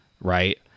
right